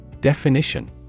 Definition